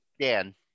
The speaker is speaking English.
Dan